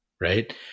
Right